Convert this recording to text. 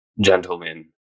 Gentlemen